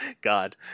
God